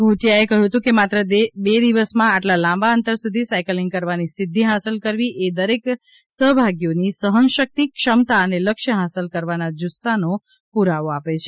ઘોટિયાએ કહ્યું હતું માત્ર બે દિવસમાં આટલા લાંબા અંતર સુધી સાઇકલિંગ કરવાની સિદ્ધિ હાંસલ કરવી એ દરેક સહભાગીઓની સહનશક્તિ ક્ષમતા અને લક્ષ્ય હાંસલ કરવાના જુસ્સાનો પુરાવો આપે છે